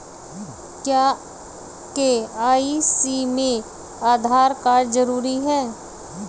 क्या के.वाई.सी में आधार कार्ड जरूरी है?